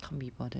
can't be bothered